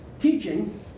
teaching